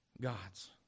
gods